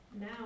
now